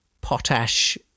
potash